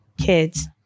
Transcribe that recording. kids